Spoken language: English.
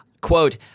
quote